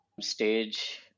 stage